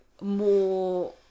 more